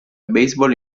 baseball